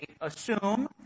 assume